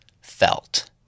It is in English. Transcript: felt